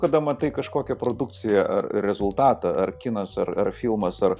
kada matai kažkokią produkciją ar rezultatą ar kinas ar ar filmas ar